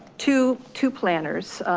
two two planners,